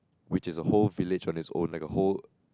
which is a whole village on it's on like a whole